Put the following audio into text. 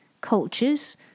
cultures